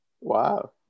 Wow